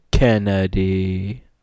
Kennedy